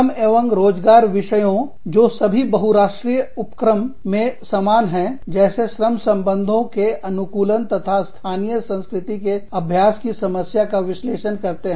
श्रम एवं रोज़गार विषयों जो सभी बहुराष्ट्रीय उपक्रमMNE's मे समान हैं जैसे श्रम संबंधों के अनुकूलन तथा स्थानीय संस्कृति के अभ्यास की समस्याएं का विश्लेषण करते हैं